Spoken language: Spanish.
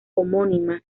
homónima